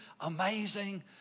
amazing